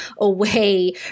away